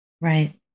Right